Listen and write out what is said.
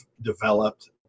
developed